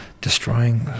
destroying